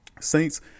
Saints